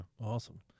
Awesome